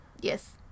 Yes